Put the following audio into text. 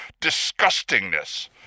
disgustingness